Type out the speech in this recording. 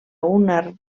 una